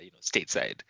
stateside